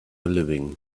living